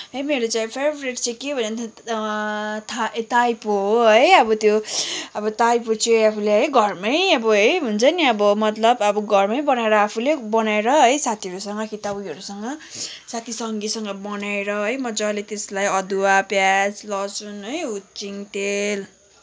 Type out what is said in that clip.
है मेरो चाहिँ फेबरेट चाहिँ के हो भने नि त थाई ए ताईपो हो है अब त्यो अब ताईपो चाहिँ आफूले है घरमै अब है हुन्छ नि अब मतलब अब घरमै बनाएर आफूले बनाएर है साथीहरूसँग कि त उयोहरूसँग साथीसँगीसँग बनाएर है मज्जाले त्यसलाई अदुवा प्याज लसुन है हुचिङ तेल